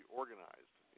organized